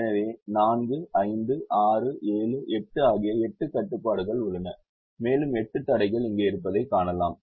எனவே 4 5 6 7 8 ஆகிய 8 கட்டுப்பாடுகள் உள்ளன மேலும் 8 தடைகள் இங்கே இருப்பதைக் காணலாம்